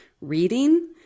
reading